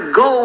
go